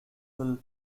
will